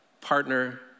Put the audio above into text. partner